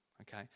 okay